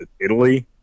italy